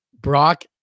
Brock